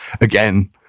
again